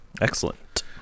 Excellent